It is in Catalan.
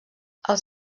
els